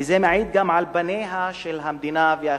כי זה מעיד גם על פניהן של המדינה והחברה.